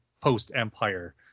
post-Empire